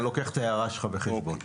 אני לוקח את ההערה שלך בחשבון.